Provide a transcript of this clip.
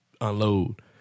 unload